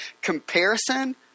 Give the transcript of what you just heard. comparison